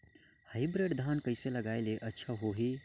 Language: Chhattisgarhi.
हाईब्रिड धान कइसे लगाय ले अच्छा होही?